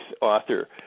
author